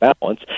balance